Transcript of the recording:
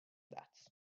that